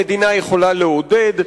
המדינה יכולה לעודד,